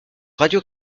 radio